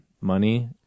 money